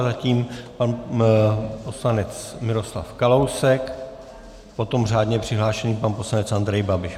Zatím pan poslanec Miroslav Kalousek, potom řádně přihlášený pan poslanec Andrej Babiš.